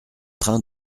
train